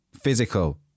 physical